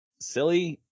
silly